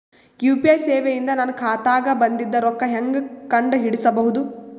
UPI ಸೇವೆ ಇಂದ ನನ್ನ ಖಾತಾಗ ಬಂದಿದ್ದ ರೊಕ್ಕ ಹೆಂಗ್ ಕಂಡ ಹಿಡಿಸಬಹುದು?